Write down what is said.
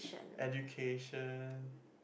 education